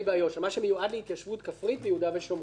מה שמיועד להתיישבות כפרית ביהודה ושומרון.